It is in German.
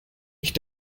ich